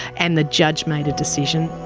and the judge made a decision.